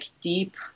deep